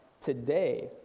today